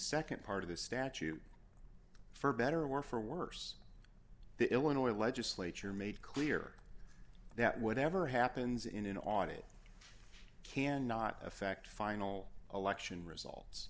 nd part of the statute for better or for worse the illinois legislature made clear that whatever happens in an audit cannot affect final election results